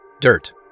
Dirt